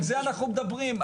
על זה אנחנו מדברים.